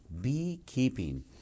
beekeeping